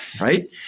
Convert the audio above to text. right